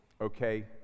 okay